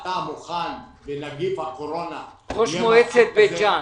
אתה מוכן בתקופת נגיף הקורונה למצב כזה?